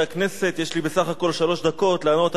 יש לי בסך הכול שלוש דקות לענות על שתי הצעות אי-אמון.